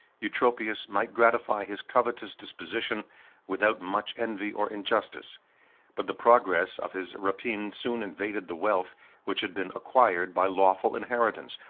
eutropius might gratify his covetous disposition without much envy or injustice but the progress of his rapine soon invaded the wealth which had been acquired by lawful inheritance,